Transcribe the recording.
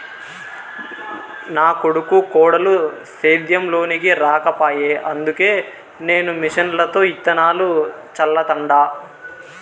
నా కొడుకు కోడలు సేద్యం లోనికి రాకపాయె అందుకే నేను మిషన్లతో ఇత్తనాలు చల్లతండ